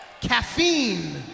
Caffeine